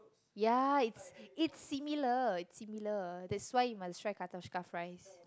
ya it's it's similar it's similar that's why you must try katoshka fries